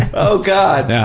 oh god!